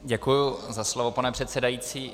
Děkuji za slovo, pane předsedající.